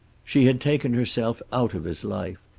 she had taken herself out of his life,